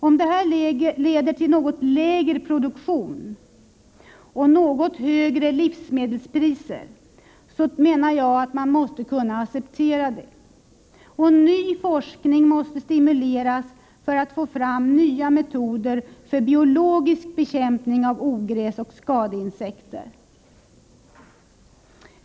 Om detta leder till en något lägre produktion och något högre livsmedelspriser bör det kunna accepteras. Ny forskning måste stimuleras för att få fram nya metoder för biologisk bekämpning av ogräs och skadeinsekter.